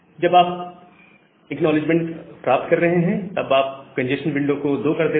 जब आप एक्नॉलेजमेंट प्राप्त कर रहे हैं तब आप कंजेस्शन विंडो को 2 कर देते हैं